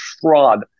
fraud